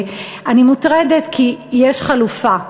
ואני מוטרדת, כי יש חלופה,